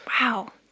Wow